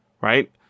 right